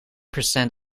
percent